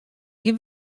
gjin